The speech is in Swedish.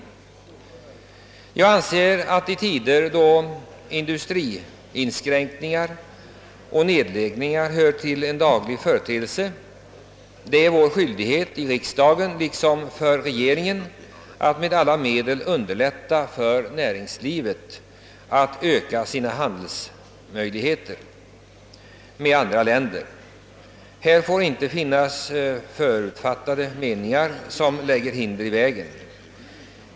Jag anser att det i tider, då inskränkningar och nedläggningar inom industrin hör till de dagliga företeelserna, är det en skyldighet för riksdagen liksom för regeringen att med alla medel underlätta för näringslivet att öka sina möjligheter till handel med andra länder. Här får inte finnas utrymme för förutfattade meningar som lägger hinder i vägen.